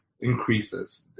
increases